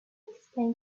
explain